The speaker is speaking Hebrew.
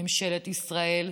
ממשלת ישראל,